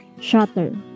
shutter